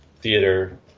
theater